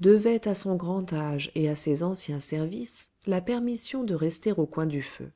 devait à son grand âge et à ses anciens services la permission de rester au coin du feu